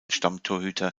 stammtorhüter